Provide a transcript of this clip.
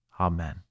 Amen